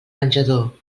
menjador